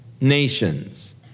nations